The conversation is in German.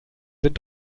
sind